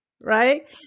right